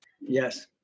Yes